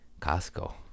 Costco